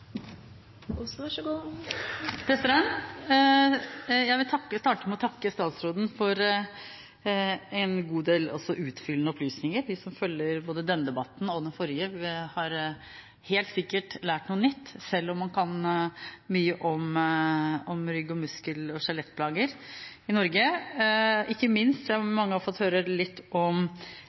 utdanningen, så er det noe jeg må komme tilbake til Stortinget med i forbindelse med de årlige budsjettforslagene. Jeg vil starte med å takke statsråden for en god del også utfyllende opplysninger. De som følger både denne debatten og den forrige, har helt sikkert lært noe nytt, selv om man kan mye om rygg-, muskel- og skjelettplager i Norge. Ikke minst